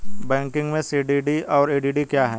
Banking में CDD और EDD क्या हैं?